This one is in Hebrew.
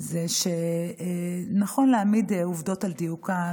זה שנכון להעמיד עובדות על דיוקן,